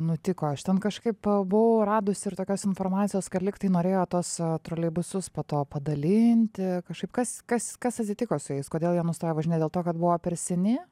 nutiko aš ten kažkaip buvau radus ir tokios informacijos kad lygtai norėjo tuos troleibusus po to padalinti kažkaip kas kas kas atsitiko su jais kodėl jie nustojo važinėt dėl to kad buvo per seni